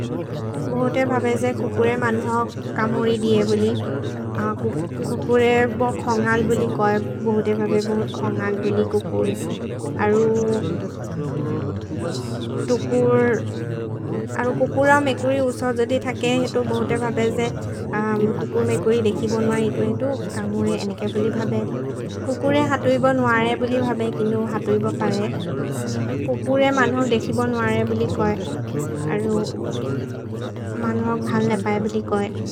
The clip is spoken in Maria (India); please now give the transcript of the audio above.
भहुते भबे जे कुकुरे मन्होक् कमोरि दिये बुलि, कुकुरे बहुत् खोन्गल् बुलि कोए, बहुते भबे बहुत् खोन्गल् बुलि कुकुर्। अरु तुकुर्, अरु कुकुर्रओ मेकुरि उसो जोदि थके, हेतु बहुते भबे जे कुकुर् मेकुरि देखि बोन्व, हेतु हेतु कमोरे अनेक बुलि भबे। कुकुरे हतुइब नुअरे बुलि भबे, किनु हतुइब परे, कुकुरे मन्होक् देखि बोन्व नुअरे बुलि कोए। अरु मन्होक् धल्ने भबे बुलि कोए।